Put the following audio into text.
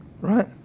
right